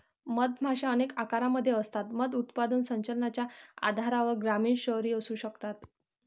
मधमाशा अनेक आकारांमध्ये असतात, मध उत्पादन संचलनाच्या आधारावर ग्रामीण, शहरी असू शकतात